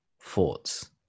thoughts